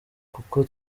kuko